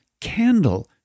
candle